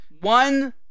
one